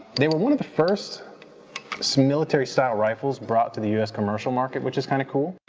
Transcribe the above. they were one of the first so military style rifles brought to the us commercial market which is kind of cool.